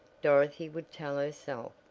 dorothy would tell herself,